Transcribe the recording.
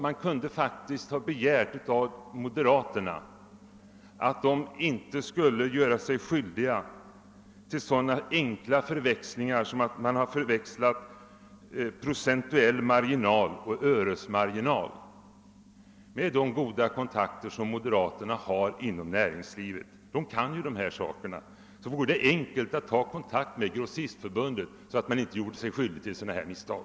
Man kunde faktiskt ha av moderaterna begärt att de inte skulle göra sig skyldiga till sådana enkla förväxlingar som att blanda ihop procentuell marginal med öresmarginal. Med de goda förbindelser som moderaterna har med näringslivet — de kan ju dessa saker — hade det varit enkelt att ta kontakt med t.ex. Grossistförbundet för att undvika sådana misstag.